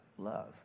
love